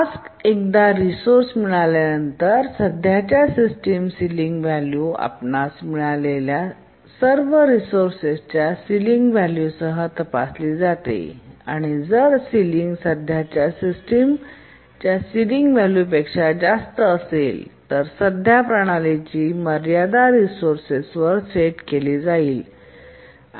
task एकदा resource मिळाल्यानंतर सध्याच्या सिस्टीमची सिलिंग व्हॅल्यू आपल्यास मिळालेल्या रिसोर्सच्या सिलिंग व्हॅल्यू सह तपासली जाते आणि जर सीलिंग सध्याच्या सिस्टीमच्या सिलिंग व्हॅल्यू पेक्षा जास्त असेल तर सद्य प्रणालीची मर्यादा रिसोर्सेस वर सेट केली जाईल